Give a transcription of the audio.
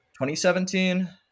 2017